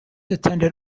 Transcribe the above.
attended